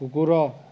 କୁକୁର